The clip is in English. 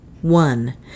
One